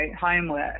homework